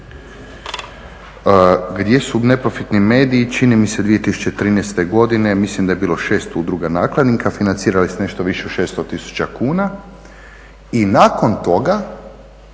gdje su neprofitni mediji čini mi se 2013. godine mislim da je bilo 6 udruga nakladnika financirali su nešto više od 600 tisuća kuna i nakon toga